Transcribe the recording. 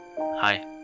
hi